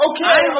Okay